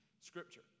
Scripture